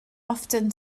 often